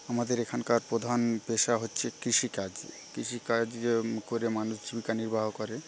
আমাদের এখানকার প্রধান পেশা হচ্ছে কৃষিকাজ কৃষিকাজ করে মানুষ জীবিকা নির্বাহ করে